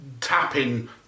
tapping